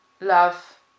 love